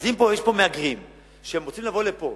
אז אם יש פה מהגרים שרוצים לבוא לפה